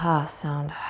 ah sound.